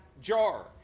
jar